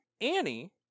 Annie